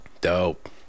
dope